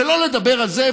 שלא לדבר על זה,